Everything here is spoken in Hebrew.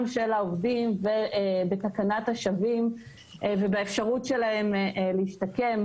של העובדים ובתקנת השבים ובאפשרות שלהם להשתקם,